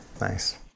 Nice